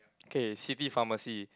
K city pharmacy